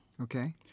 okay